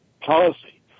policy